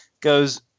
goes